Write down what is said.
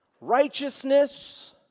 righteousness